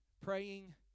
Praying